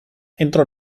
entrò